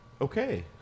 okay